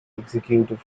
executive